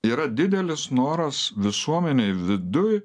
yra didelis noras visuomenėj viduj